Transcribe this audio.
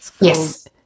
Yes